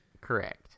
Correct